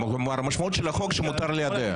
המשמעות של החוק היא שמותר ליידע.